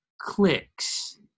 clicks